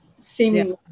seemingly